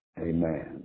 Amen